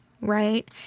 right